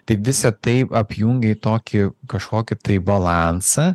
tai visa tai apjungia į tokį kažkokį tai balansą